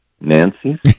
Nancy